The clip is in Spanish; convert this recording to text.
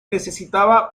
necesitaba